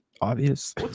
obvious